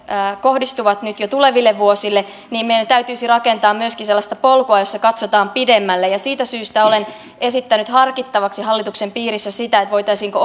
kohdistuvat nyt jo tuleville vuosille niin meidän täytyisi rakentaa myöskin sellaista polkua jossa katsotaan pidemmälle ja siitä syystä olen esittänyt harkittavaksi hallituksen piirissä sitä voitaisiinko